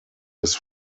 his